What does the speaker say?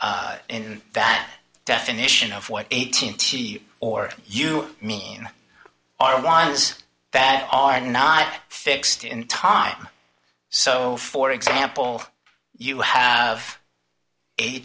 in that definition of what eighteen t or you mean are ones that are not fixed in time so for example you have a